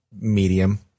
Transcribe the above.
medium